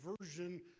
Version